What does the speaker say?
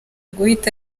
guhita